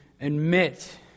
admit